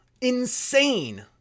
insane